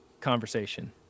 conversation